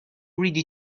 ready